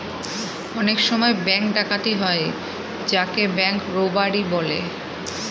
অনেক সময় ব্যাঙ্ক ডাকাতি হয় যাকে ব্যাঙ্ক রোবাড়ি বলে